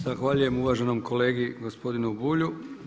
Zahvaljujem uvaženom kolegi gospodinu Bulju.